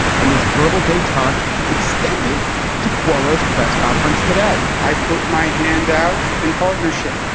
and this verbal detente extended to cuomo's press conference today i put my hand out in partnership.